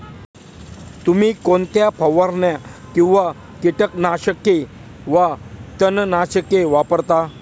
तुम्ही कोणत्या फवारण्या किंवा कीटकनाशके वा तणनाशके वापरता?